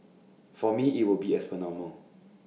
for me IT will be as per normal